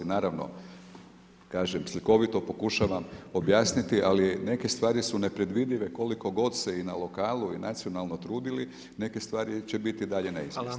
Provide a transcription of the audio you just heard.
Naravno, kažem slikovito pokušavam objasniti ali neke stvari su nepredvidive koliko god se i na lokalu i nacionalno trudili, neke stvari će biti i dalje neizvjesne.